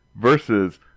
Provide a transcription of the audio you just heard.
Versus